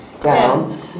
down